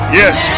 yes